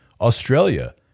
Australia